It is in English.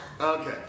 Okay